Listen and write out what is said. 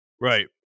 Right